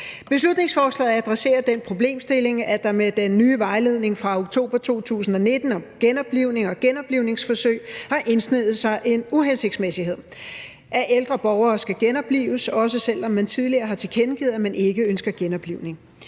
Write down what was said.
Beslutningsforslaget adresserer den problemstilling, at der med den nye vejledning fra oktober 2019 om genoplivning og genoplivningsforsøg har indsneget sig en uhensigtsmæssighed, nemlig at ældre borgere skal genoplives, også selv om man tidligere har tilkendegivet, at man ikke ønsker genoplivning.